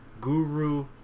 guru